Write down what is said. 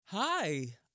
Hi